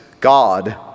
God